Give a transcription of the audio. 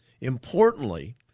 Importantly